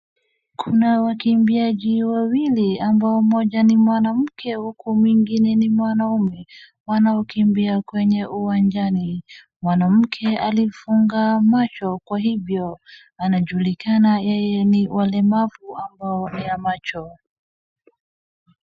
Kuna wakibiaji wawili ambao mmoja ni mwanamke huku mwingine ni mwanaume wanao kimbia kwenye uwajani .Mwanamke alifunga macho kwa hivyo anajulikana yeye ni walemavu ambao ni ya macho.